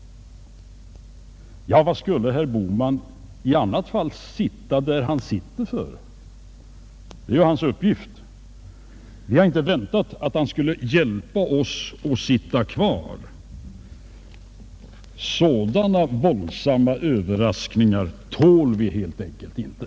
Ja, varför skulle herr Bohman i annat fall sitta där han nu sitter? Det är ju hans uppgift. Vi har inte väntat att han skulle hjälpa oss att sitta kvar i regeringsställning — sådana våldsamma överraskningar tål vi helt enkelt inte!